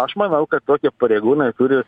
aš manau kad tokie pareigūnai turi